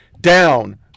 down